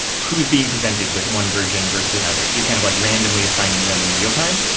who's being presented with one version versus another. so you're kind of like randomly assigning them in real time,